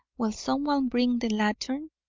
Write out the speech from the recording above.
will someone bring the lantern?